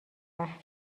محو